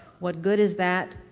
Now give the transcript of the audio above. what good is that?